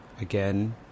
again